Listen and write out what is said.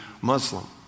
Muslim